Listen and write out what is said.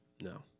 No